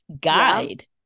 guide